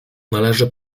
należy